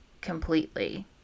completely